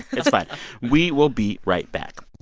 it's fine we will be right back